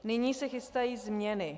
Nyní se chystají změny.